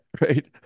right